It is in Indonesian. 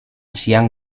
siang